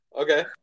okay